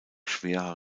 schwerer